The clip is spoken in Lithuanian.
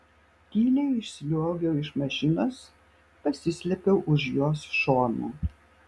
tyliai išsliuogiau iš mašinos pasislėpiau už jos šono